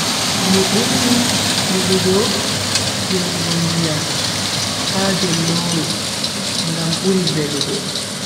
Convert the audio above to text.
Mi buri yidugo yarugo ndiyam ha jolloru ngam buri velugo.